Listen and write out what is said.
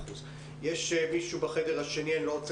יש מישהו בחדר השני שרוצה